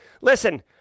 listen